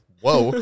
Whoa